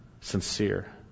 sincere